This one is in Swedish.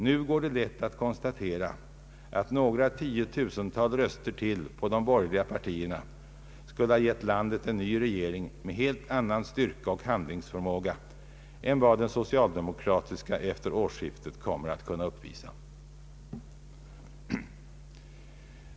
Nu går det lätt att konstatera att några tiotusental röster till på de borgerliga partierna skulle ha gett landet en ny regering med helt annan styrka och handlingsförmåga än vad den socialdemokratiska efter årsskiftet kommer att kunna uppvisa.